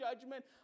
judgment